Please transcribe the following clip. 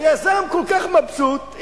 היזם כל כך מבסוט,